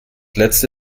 letzte